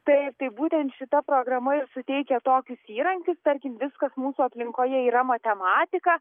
taip tai būtent šita programa ir suteikia tokius įrankius tarkim viskas mūsų aplinkoje yra matematika